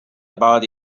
about